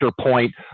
point